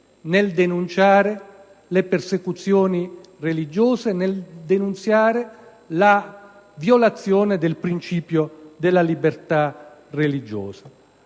nel denunciare le persecuzioni religiose e la violazione del principio della libertà religiosa.